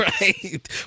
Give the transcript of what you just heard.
Right